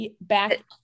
back